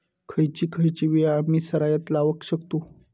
खयची खयची बिया आम्ही सरायत लावक शकतु?